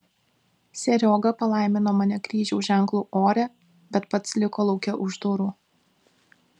serioga palaimino mane kryžiaus ženklu ore bet pats liko lauke už durų